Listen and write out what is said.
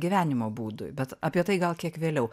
gyvenimo būdui bet apie tai gal kiek vėliau